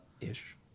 Ish